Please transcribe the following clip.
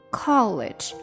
college